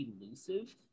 elusive